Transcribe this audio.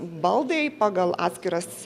baldai pagal atskiras